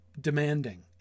demanding